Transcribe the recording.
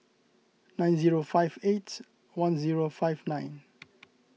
nine zero five eight one zero five nine